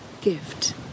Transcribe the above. gift